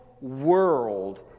world